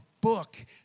book